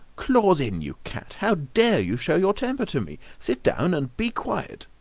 claws in, you cat. how dare you show your temper to me? sit down and be quiet.